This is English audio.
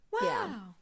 Wow